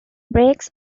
breaks